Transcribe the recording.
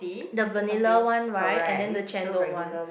the vanilla one right and then the chendol one